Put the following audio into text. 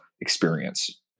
experience